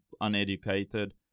uneducated